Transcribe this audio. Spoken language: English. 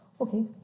Okay